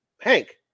Hank